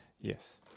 Yes